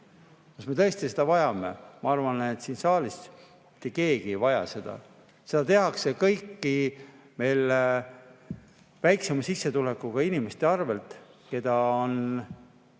me tõesti seda vajame? Ma arvan, et siin saalis mitte keegi ei vaja seda. Seda kõike tehakse meil väiksema sissetulekuga inimeste arvel, keda on